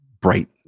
bright